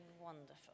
wonderful